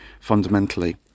fundamentally